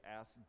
ask